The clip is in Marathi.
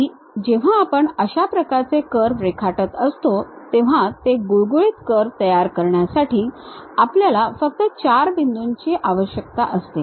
आणि जेव्हा आपण अशा प्रकारचे कर्व रेखाटत असतो तेव्हा ते गुळगुळीत कर्व तयार करण्यासाठी आपल्याला फक्त 4 बिंदूंची आवश्यकता असते